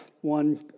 one